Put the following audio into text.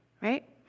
right